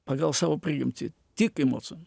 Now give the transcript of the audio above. pagal savo prigimtį tik emocijom